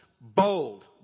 Bold